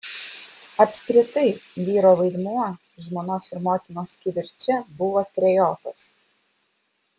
apskritai vyro vaidmuo žmonos ir motinos kivirče buvo trejopas